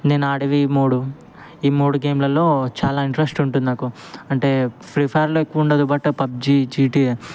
నేనాడేవి మూడు ఈ మూడు గేమ్లలో చాలా ఇంట్రెస్ట్ ఉంటుంది నాకు అంటే ఫ్రీ ఫయిర్లో ఎక్కువుండదు బట్ పబ్జీ జీటీఏ